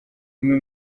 umwe